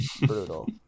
brutal